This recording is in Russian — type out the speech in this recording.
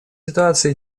ситуации